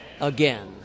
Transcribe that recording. again